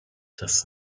das